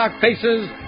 faces